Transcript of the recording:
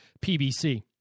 PBC